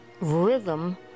rhythm